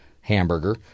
hamburger